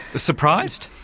surprised?